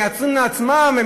מייצרים לעצמם,